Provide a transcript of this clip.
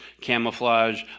camouflage